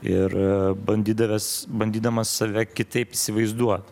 ir bandydavęs bandydamas save kitaip įsivaizduot